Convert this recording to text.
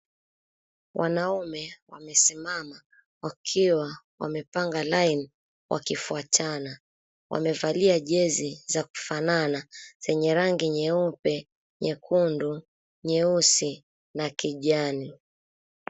Wanaume wamesimama wakiwa wamepanga line wakifuatana. Wamevalia jezi za kufanana zenye rangi nyeupe, nyekundu, nyeusi na kijani.